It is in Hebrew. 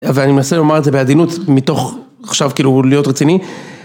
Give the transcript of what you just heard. ואני מנסה לומר את זה בעדינות מתוך עכשיו כאילו להיות רציני.